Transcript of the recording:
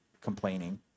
complaining